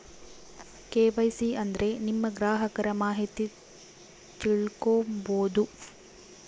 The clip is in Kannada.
ಕೆ.ವೈ.ಸಿ ಅಂದ್ರೆ ನಿಮ್ಮ ಗ್ರಾಹಕರ ಮಾಹಿತಿ ತಿಳ್ಕೊಮ್ಬೋದು